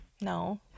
no